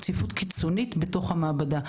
צפיפות קיצונית בתוך המעבדה.